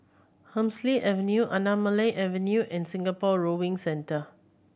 Hemsley Avenue Anamalai Avenue and Singapore Rowing Centre